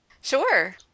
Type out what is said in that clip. Sure